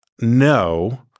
no